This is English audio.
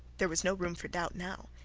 there was no room for doubt now.